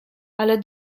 ale